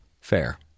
fair